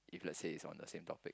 if let's say it's on the same topic